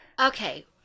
Okay